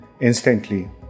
instantly